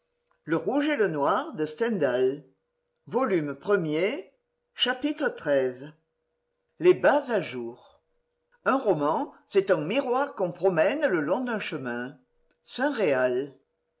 chapitre xiii les bas a jour un roman c'est un miroir qu'on promène le long d'un chemin saint réal